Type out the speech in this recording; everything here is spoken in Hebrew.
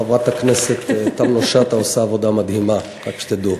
חברת הכנסת תמנו-שטה עושה עבודה מדהימה, רק שתדעו.